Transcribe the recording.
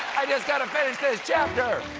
i just gotta finish this chapter!